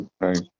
Right